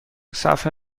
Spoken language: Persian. صحفه